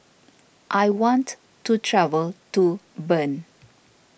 I want to travel to Bern